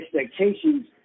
expectations